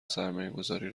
سرمایهگذاری